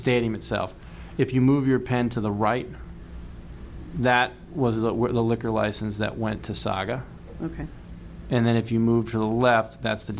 stadium itself if you move your pan to the right that was that where the liquor license that went to saga ok and then if you move t